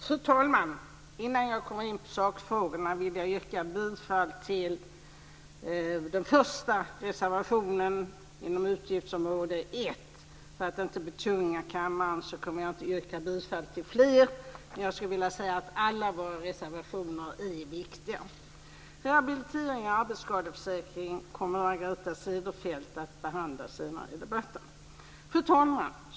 Fru talman! Innan jag kommer in på sakfrågorna vill jag yrka bifall till den första reservationen inom utgiftsområdet, nämligen nr 1. För att inte betunga kammaren kommer jag inte att yrka bifall till fler. Alla våra reservationer är viktiga. Margareta Cederfelt att behandla senare i debatten. Fru talman!